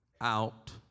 out